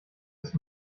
ist